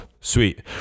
Sweet